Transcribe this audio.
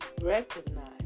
recognize